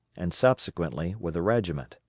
and subsequently with a regiment